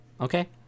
Okay